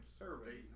survey